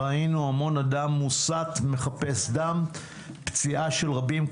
ראינו המון אדם מוסת מחפש דם ופציעה של רבים,